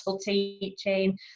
teaching